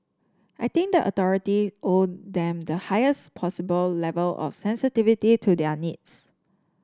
I think the authority owe them the higher possible level of sensitivity to their needs